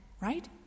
right